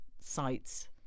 sites